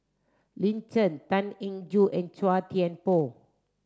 Lin Chen Tan Eng Joo and Chua Thian Poh